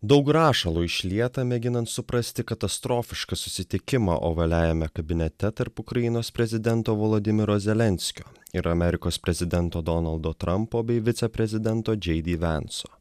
daug rašalo išlieta mėginant suprasti katastrofišką susitikimą ovaliajame kabinete tarp ukrainos prezidento volodymyro zelenskio ir amerikos prezidento donaldo trampo bei viceprezidento džei di venco